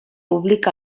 públic